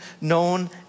known